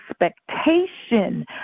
expectation